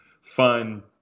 fun